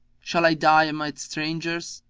shall i die amid strangers?